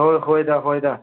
ꯍꯣꯏ ꯍꯣꯏꯗ ꯍꯣꯏꯗ